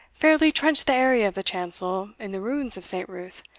fairly trench the area of the chancel in the ruins of st. ruth,